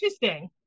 interesting